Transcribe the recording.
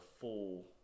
full